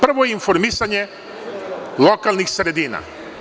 Prvo, informisanje lokalnih sredina.